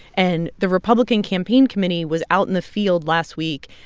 and the republican campaign committee was out in the field last week,